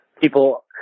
people